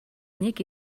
нэг